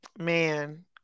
Man